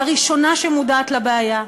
הראשון שמודע לבעיה,